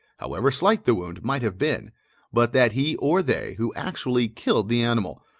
however slight the wound might have been but that he or they who actually killed the animal,